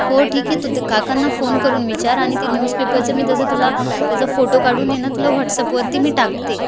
हो ठीक आहे तू त्या काकांना फोन करून विचार आणि ते न्यूजपेपरचं मी जसं तुला त्याचा फोटो काढून आहे नं तुला व्हॉट्सअपवरती मी टाकते